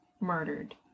murdered